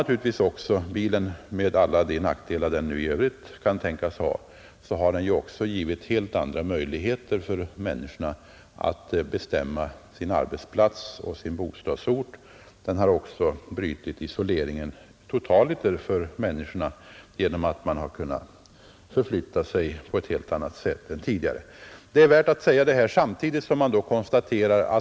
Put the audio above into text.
Trots alla de nackdelar i övrigt som bilismen medför har den dock givit människorna helt andra möjligheter att bestämma såväl arbetsplats som bostadsort; den har också totaliter brutit människornas isolering genom att de på ett helt annat sätt än tidigare nu kan förflytta sig.